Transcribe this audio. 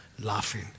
laughing